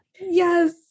Yes